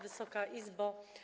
Wysoka Izbo!